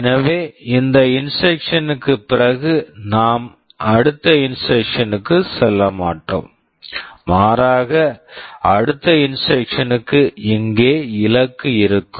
எனவே இந்த instruction instruction க்குப் பிறகு நாம் அடுத்த இன்ஸ்ட்ரக்க்ஷன் instruction க்குச் செல்ல மாட்டோம் மாறாக அடுத்த இன்ஸ்ட்ரக்க்ஷன் instruction க்கு இங்கே இலக்கு இருக்கும்